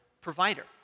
provider